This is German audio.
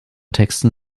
texten